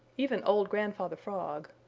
even old grandfather frog.